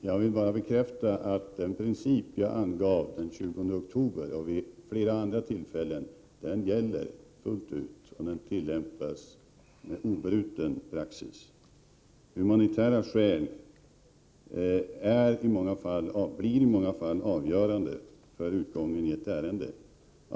Herr talman! Jag vill bara bekräfta att den princip som jag angav den 20 oktober och som jag har angivit vid flera andra tillfällen gäller fullt ut och tillämpas med obruten praxis. Humanitära skäl blir i många fall avgörande för utgången av ett ärende.